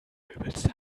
übelst